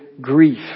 grief